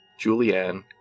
Julianne